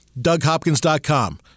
DougHopkins.com